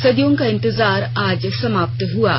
सदियों का इंतजार आज समाप्त हुआ है